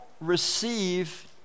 receive